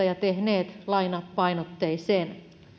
ja tehneet siitä lainapainotteisen